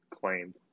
claimed